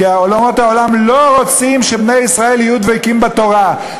כי אומות העולם לא רוצות שבני ישראל יהיו דבקים בתורה,